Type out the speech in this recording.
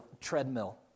treadmill